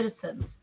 citizens